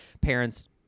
parents